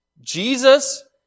Jesus